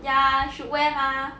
ya should wear mah